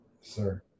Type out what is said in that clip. Sir